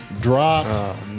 dropped